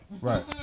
right